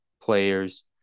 players